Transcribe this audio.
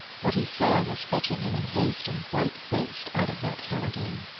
what he saw was fetching him in haste and white-faced out of that hell again,